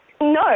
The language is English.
No